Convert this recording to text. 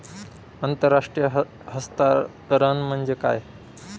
आंतरराष्ट्रीय हस्तांतरण म्हणजे काय?